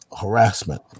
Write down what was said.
harassment